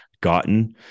gotten